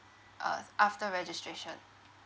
uh after registration